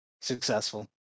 successful